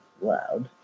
loud